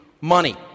money